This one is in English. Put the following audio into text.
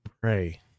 pray